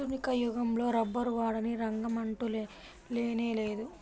ఆధునిక యుగంలో రబ్బరు వాడని రంగమంటూ లేనేలేదు